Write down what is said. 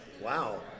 Wow